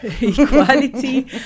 equality